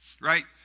Right